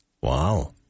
Wow